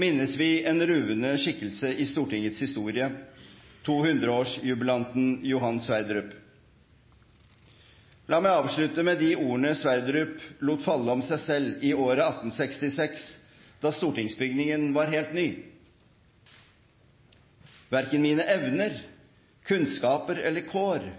minnes vi en ruvende skikkelse i Stortingets historie, 200-årsjubilanten Johan Sverdrup. La oss avslutte med de ordene Sverdrup lot falle om seg selv i året 1866, da stortingsbygningen var helt ny: «Hverken mine evner, kundskaber eller kår